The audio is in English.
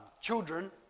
children